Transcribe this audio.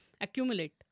accumulate